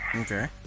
Okay